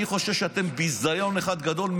אני חושב שאתם ביזיון אחד גדול.